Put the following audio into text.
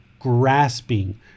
grasping